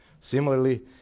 Similarly